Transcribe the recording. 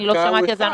אני לא שמעתי את זה,